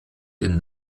den